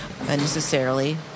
unnecessarily